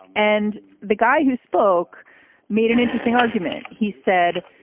and the guy who spoke made an interesting argument. he said.